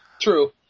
True